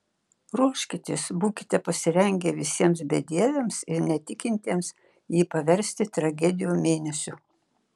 ruoškitės būkite pasirengę visiems bedieviams ir netikintiems jį paversti tragedijų mėnesiu